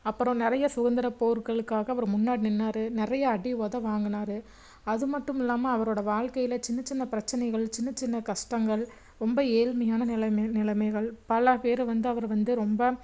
அப்புறம் நிறைய சுதந்திர போர்களுக்காக அவரு முன்னாடி நின்னாரு நிறைய அடி உத வாங்கனாரு அது மட்டும் இல்லாமல் அவரோடய வாழ்க்கையில் சின்ன சின்ன பிரச்சனைகள் சின்ன சின்ன கஷ்டங்கள் ரொம்ப ஏழ்மையான நிலமையில் நிலமைகள் பல பேரு வந்து அவரு வந்து ரொம்ப